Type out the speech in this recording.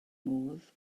modd